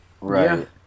right